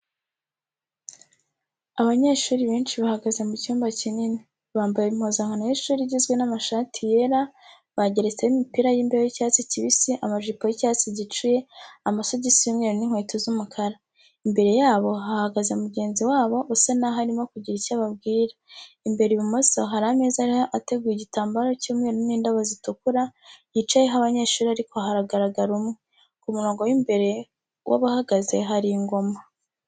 Abanyeshuri benshi bahagaze mu cyumba kinini. Bambaye impuzanakano y'ishuri igizwe n'amashati yera, bageretseho imipira y'imbeho y'icyatsi kibisi, amajipo y'icyatsi gicuye, amasogisi y'umweru n'inkweto z'umukara. Imbere yabo hahagaze mugenzi wabo usa naho arimo kugira icyo ababwira. Imbere ibumoso hari ameza ariho ateguyeho igitamabaro cy'umweru n'indabo zitukura, yicayeho abanyeshuri ariko haragaragara umwe. Ku murongo w'imbere w'abahagaze hari ingoma.